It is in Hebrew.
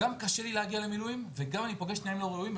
גם קשה להגיע למילואים וגם אני פוגש תנאים לא ראויים.